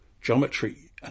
Geometry